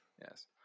Yes